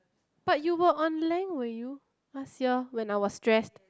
but you were on lang were you last year when I was stressed